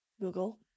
Google